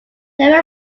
never